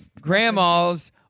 grandma's